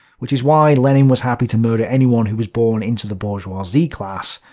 which is why lenin was happy to murder anyone who was born into the bourgeoisie class,